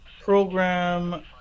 program